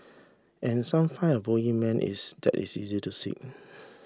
and some find a bogeyman is that is easy to seek